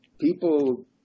people